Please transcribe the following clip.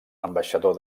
ambaixador